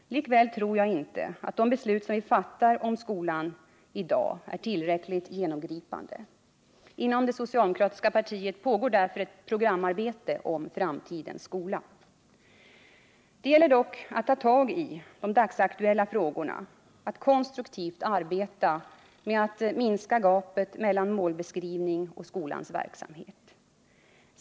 Likväl tror jag inte att de beslut vi i dag fattar om skolan är tillräckligt genomgripande. Inom det socialdemokratiska partiet pågår därför ett programarbete för framtidens skola. Det gäller dock att ta tag i de dagsaktuella frågorna, att konstruktivt arbeta med att minska gapet mellan målbeskrivning och skolans verksamhet.